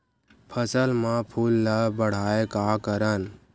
फसल म फूल ल बढ़ाय का करन?